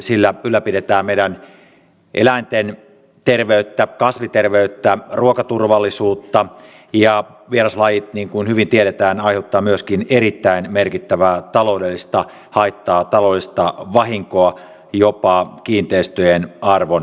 sillä ylläpidetään meidän eläinten terveyttä kasviterveyttä ruokaturvallisuutta ja vieraslajit niin kuin hyvin tiedetään aiheuttavat myöskin erittäin merkittävää taloudellista haittaa taloudellista vahinkoa jopa kiinteistöjen arvon alentumista